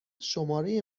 شماره